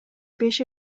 беш